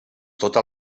tota